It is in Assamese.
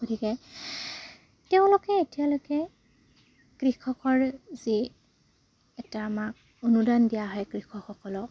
গতিকে তেওঁলোকে এতিয়ালৈকে কৃষকৰ যি এটা আমাক অনুদান দিয়া হয় কৃষকসকলক